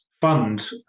fund